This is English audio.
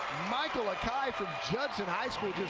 michael akai from judson high school,